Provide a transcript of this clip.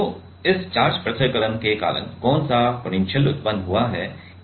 तो इस चार्ज पृथक्करण के कारण कौन सा पोटेंशियल उत्पन्न हुआ है